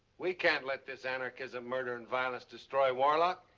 we can't let this anarchism, murder and violence destroy warlock,